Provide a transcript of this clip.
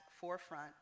forefront